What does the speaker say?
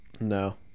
No